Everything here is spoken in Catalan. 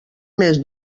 més